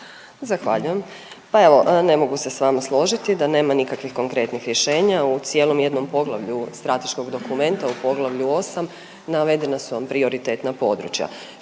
Zahvaljujem. Pa evo, ne mogu se s vama složiti da nema nikakvih konkretnih rješenja. U cijelom jednom poglavlju strateškog dokumenta, u Poglavlju 8 navedena su vam prioritetna područja.